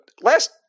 Last